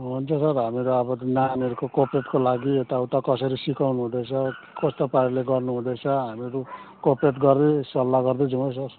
हुन्छ सर हामीरू अब नानीहरूको कोपरेटको लागि यताउता कसरी सिकाउनु हुँदैछ कसरी गर्नु हुँदैछ हामीरू कोपरेट गर्दै सल्लाह गर्दै जाऔँ है सर